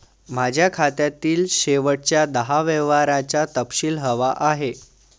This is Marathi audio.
माझ्या खात्यातील शेवटच्या दहा व्यवहारांचा तपशील हवा आहे